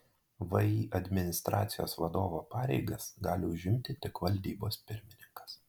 vį administracijos vadovo pareigas gali užimti tik valdybos pirmininkas